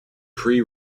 pre